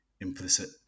implicit